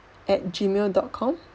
at gmail dot com